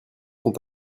sont